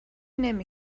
نمی